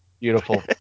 beautiful